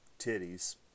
titties